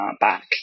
back